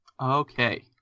Okay